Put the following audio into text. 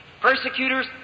persecutors